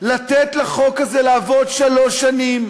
לתת לחוק הזה לעבוד שלוש שנים.